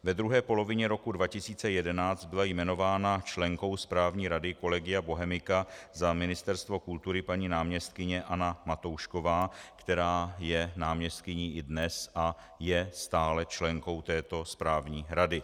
Ve druhé polovině roku 2011 byla jmenována členkou správní rady Collegia Bohemica za Ministerstvo kultury paní náměstkyně Anna Matoušková, která je náměstkyní i dnes a je stále členkou této správní rady.